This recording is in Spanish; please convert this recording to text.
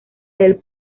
del